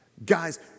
Guys